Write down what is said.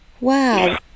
Wow